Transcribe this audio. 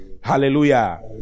hallelujah